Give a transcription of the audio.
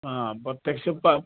हां प्रत्यक्ष पा